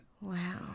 Wow